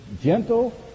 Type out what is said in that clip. gentle